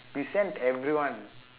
you sent everyone